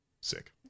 Sick